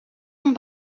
amb